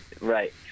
Right